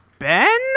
Ben